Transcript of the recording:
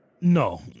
No